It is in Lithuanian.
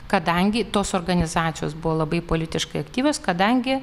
kadangi tos organizacijos buvo labai politiškai aktyvios kadangi